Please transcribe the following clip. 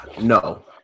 no